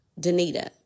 Danita